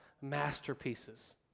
masterpieces